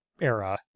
era